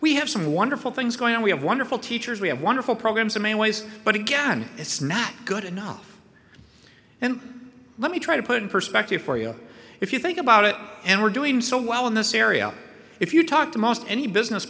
we have some wonderful things going on we have wonderful teachers we have wonderful programs in many ways but again it's not good enough and let me try to put in perspective for you if you think about it and we're doing so well in this area if you talk to most any business